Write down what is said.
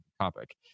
topic